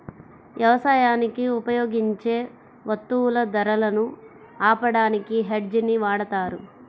యవసాయానికి ఉపయోగించే వత్తువుల ధరలను ఆపడానికి హెడ్జ్ ని వాడతారు